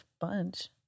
bunch